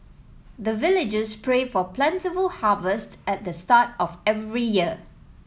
the villagers pray for plentiful harvest at the start of every year